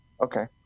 Okay